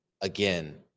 again